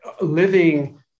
living